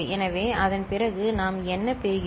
எனவே அதன் பிறகு நாம் என்ன பெறுகிறோம்